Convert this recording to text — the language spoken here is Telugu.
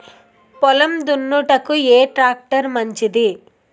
పొలం దున్నుటకు ఏ ట్రాక్టర్ మంచిది?